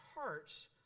hearts